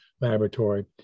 Laboratory